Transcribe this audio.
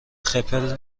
خپل